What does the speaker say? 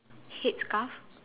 head scarf